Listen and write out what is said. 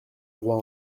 roi